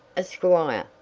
a squire,